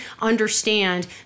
understand